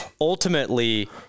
ultimately